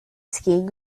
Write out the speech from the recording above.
skiing